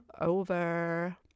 over